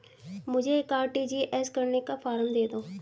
मुझे एक आर.टी.जी.एस करने का फारम दे दो?